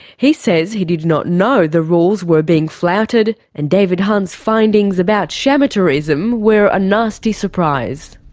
he says he did not know the rules were being flouted, and david hunt's findings about shamateurism were a nasty surprise.